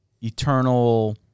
eternal